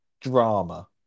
drama